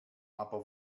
aber